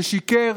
ששיקר